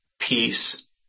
peace